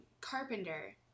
carpenter